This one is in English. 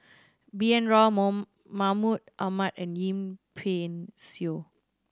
B N Rao Moon Mahmud Ahmad and Yip Pin Xiu